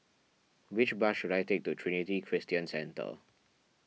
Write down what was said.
which bus should I take to Trinity Christian Centre